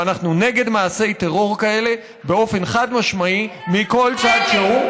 ואנחנו נגד מעשי טרור כאלה באופן חד-משמעי מכל צד שהוא,